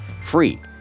free